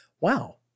Wow